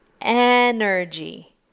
Energy